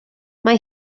mae